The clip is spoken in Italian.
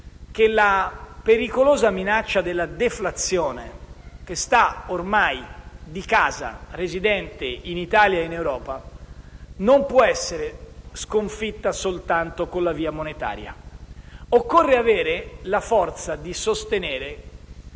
che la pericolosa minaccia della deflazione, ormai di casa e residente in Italia e in Europa, non può essere sconfitta soltanto con la via monetaria. Occorre avere la forza di sostenere